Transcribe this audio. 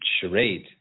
Charade